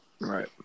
Right